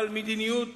אבל מדיניות